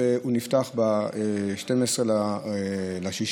והיא נפתחה ב-12 ביוני.